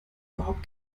überhaupt